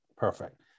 Perfect